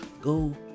Go